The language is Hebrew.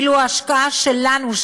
ואילו ההשקעה שלנו,